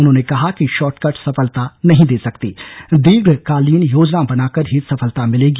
उन्होंने कहा कि शॉर्टकट सफलता नहीं दे सकती दीर्घकालीन योजना बनाकर ही सफलता मिलेगी